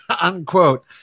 unquote